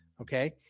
okay